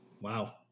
Wow